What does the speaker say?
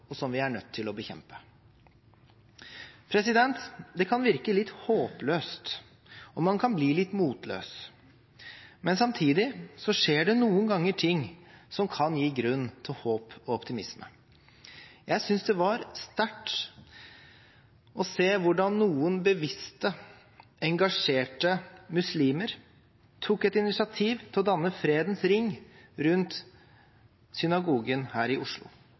og som vi er nødt til å bekjempe. Det kan virke litt håpløst, og man kan bli litt motløs. Men samtidig skjer det noen ganger ting som kan gi grunn til håp og optimisme. Jeg synes det var sterkt å se hvordan noen bevisste, engasjerte muslimer tok et initiativ til å danne Fredens ring rundt synagogen her i Oslo.